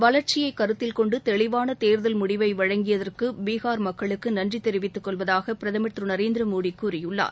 வளர்ச்சியை கருத்தில் கொண்டு தெளிவாள தேர்தல் முடிவை வழங்கியதற்கு பீகார் மக்களுக்கு நன்றி தெரிவித்துக் கொள்வதாக பிரதமர் திரு நரேந்திரமோடி கூறியுள்ளார்